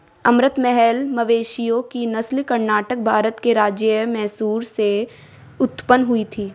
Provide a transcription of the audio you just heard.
अमृत महल मवेशियों की नस्ल कर्नाटक, भारत के राज्य मैसूर से उत्पन्न हुई थी